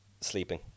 sleeping